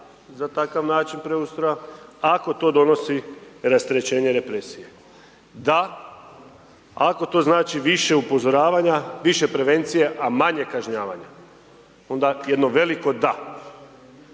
za takav način preustroja, ako to donosi rasterećenje represije, da ako to znači više upozoravanja, više prevencije, a manje kažnjavanja, onda jedno veliko DA,